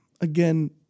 again